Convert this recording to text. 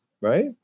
right